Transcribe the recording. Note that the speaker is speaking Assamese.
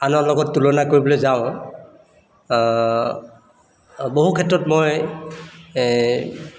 আনৰ লগত তুলনা কৰিবলৈ যাওঁ বহু ক্ষেত্ৰত মই এই